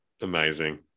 amazing